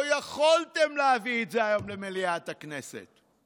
לא יכולתם להביא את זה היום למליאת הכנסת.